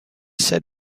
said